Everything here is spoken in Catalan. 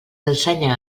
ensenya